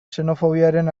xenofobiaren